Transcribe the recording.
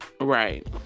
Right